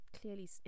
clearly